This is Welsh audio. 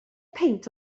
peint